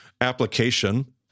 application